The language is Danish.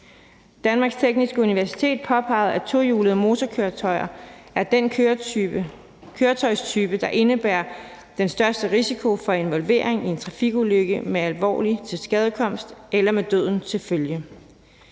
Danmarks Tekniske Universitet påpegede, at tohjulede motorkøretøjer er den køretøjstyper, der indebærer den største risiko for involvering i en trafikulykke med alvorlig tilskadekomst eller med døden til følge.